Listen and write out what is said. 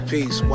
Peace